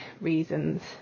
reasons